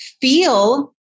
feel